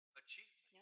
achievement